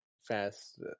fast